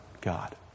God